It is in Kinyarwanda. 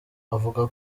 avuga